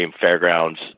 Fairgrounds